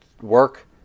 work